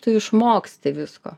tu išmoksti visko